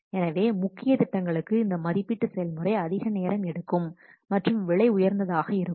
எனவே முக்கிய திட்டங்களுக்கு இந்த மதிப்பீட்டு செயல்முறை அதிக நேரம் எடுக்கும் மற்றும் விலை உயர்ந்ததாக இருக்கும்